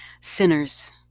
sinners